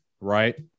right